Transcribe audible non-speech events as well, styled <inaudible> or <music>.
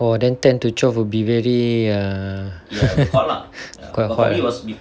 oh then ten to twelve will be very err <laughs> quite hot ah